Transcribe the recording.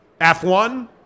F1